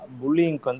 bullying